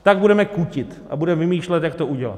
Tak budeme kutit a budeme vymýšlet, jak to udělat.